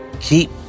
Keep